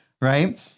Right